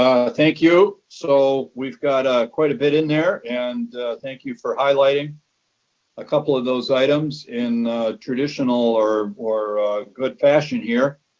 thank you. so we've got quite a bit in there and thank you for highlighting a couple of those items in traditional or or good fashion here.